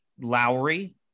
Lowry